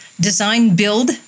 design-build